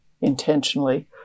intentionally